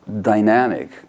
dynamic